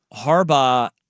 Harbaugh